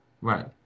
Right